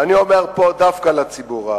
ואני אומר פה דווקא לציבור הערבי: